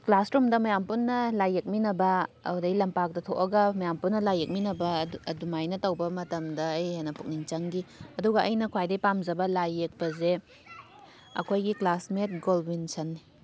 class ꯔꯨꯝꯗ ꯃꯌꯥꯝ ꯄꯨꯟꯅ ꯂꯥꯏ ꯌꯦꯛꯃꯤꯟꯅꯕ ꯑꯗꯨꯗꯩ ꯂꯝꯄꯥꯛꯇ ꯊꯣꯛꯑꯒ ꯃꯌꯥꯝ ꯄꯨꯟꯅ ꯂꯥꯏ ꯌꯦꯛꯃꯤꯟꯅꯕ ꯑꯗꯨꯃꯥꯏꯅ ꯇꯧꯕ ꯃꯇꯝꯗ ꯑꯩ ꯍꯦꯟꯅ ꯄꯨꯛꯅꯤꯡ ꯆꯪꯈꯤ ꯑꯗꯨꯒ ꯑꯩꯅ ꯈ꯭ꯋꯥꯏꯗꯒꯤ ꯄꯥꯝꯖꯕ ꯂꯥꯏ ꯌꯦꯛꯄꯁꯦ ꯑꯩꯈꯣꯏꯒꯤ ꯀ꯭ꯂꯥꯁꯃꯦꯠ ꯒꯣꯜꯚꯤꯟꯁꯟꯅꯦ